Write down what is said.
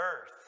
earth